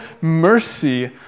mercy